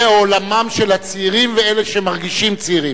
זה עולמם של הצעירים ואלה שמרגישים צעירים.